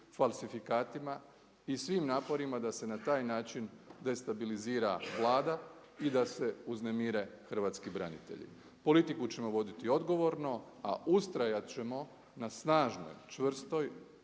falsifikatima i svim naporima da se na taj način destabilizira Vlada i da se uznemire hrvatski branitelji. Politiku ćemo voditi odgovorno, a ustrajat ćemo na snažnoj, čvrstoj